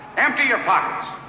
empty your pockets.